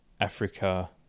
Africa